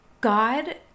god